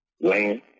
Land